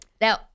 Now